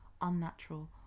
unnatural